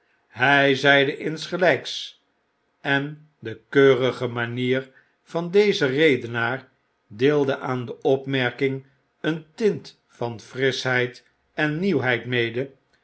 hy zeide insgelyks en de keurige manier van dezen redenaar deelde aan de opmerking een tint van frischheid en nieuwheid mede